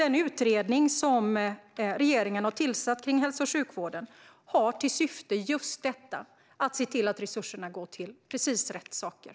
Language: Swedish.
Den utredning som regeringen har tillsatt om hälso och sjukvården har till syfte att se till att resurserna går till precis rätt saker.